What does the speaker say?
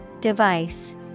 Device